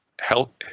Help